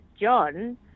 John